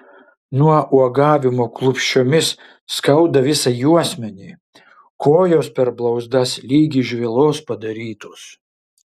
nuo uogavimo klupsčiomis skauda visą juosmenį kojos per blauzdas lyg iš vielos padarytos